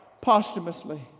posthumously